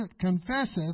confesseth